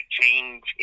change